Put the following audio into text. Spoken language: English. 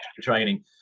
training